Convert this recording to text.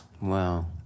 Wow